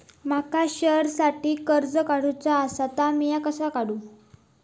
माका शेअरसाठी कर्ज काढूचा असा ता मी कसा काढू?